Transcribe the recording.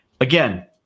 Again